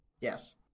Yes